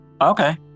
Okay